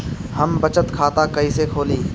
हम बचत खाता कईसे खोली?